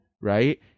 Right